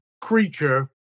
creature